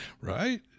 right